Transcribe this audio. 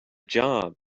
job